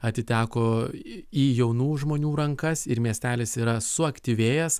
atiteko į jaunų žmonių rankas ir miestelis yra suaktyvėjęs